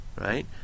right